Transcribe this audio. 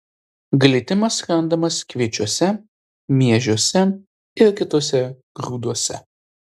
glitimas randamas kviečiuose miežiuose ir kituose grūduose